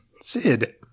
Sid